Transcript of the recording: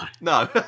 No